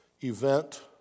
event